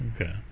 Okay